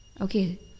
okay